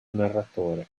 narratore